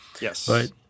Yes